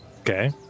Okay